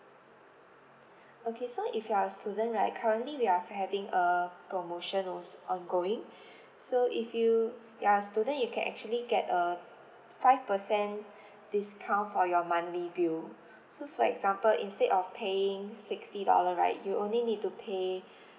okay so if you are a student right currently we are having a promotion als~ ongoing so if you you are a student you can actually get a five percent discount for your monthly bill so for example instead of paying sixty dollar right you only need to pay